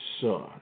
son